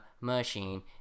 machine